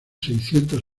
seiscientos